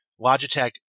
logitech